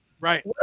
Right